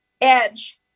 Edge